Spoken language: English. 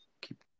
keep